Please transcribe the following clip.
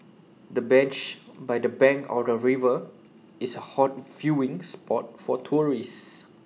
the bench by the bank of the river is A hot viewing spot for tourists